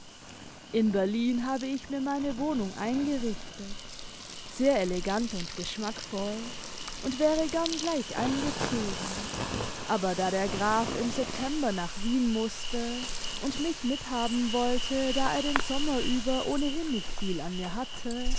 in berlin habe ich mir meine wohnung eingerichtet sehr elegant und geschmackvoll und wäre gern gleich eingezogen aber da der graf im september nach wien mußte und mich mithaben wollte da er den sommer über ohnehin nicht viel an mir hatte